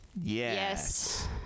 yes